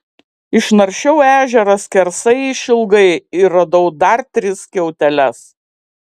išnaršiau ežerą skersai išilgai ir radau dar tris skiauteles